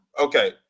Okay